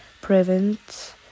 prevent